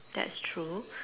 that's true